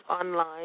online